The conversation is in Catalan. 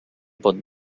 pot